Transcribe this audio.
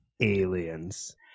Aliens